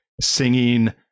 singing